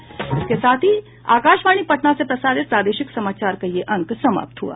इसके साथ ही आकाशवाणी पटना से प्रसारित प्रादेशिक समाचार का ये अंक समाप्त हुआ